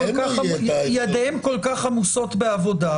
ידיהם כל כך עמוסות בעבודה,